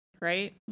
right